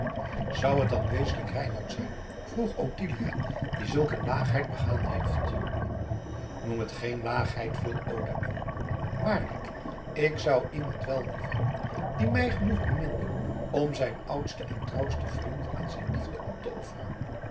zou het dan wezenlijk reinout zijn vroeg ottilia die zulk een laagheid begaan heeft noem het geen laagheid viel oda in waarlijk ik zou iemand wel liefhebben die mij genoeg beminde om zijn oudsten en trouwsten vriend aan zijn liefde op te offeren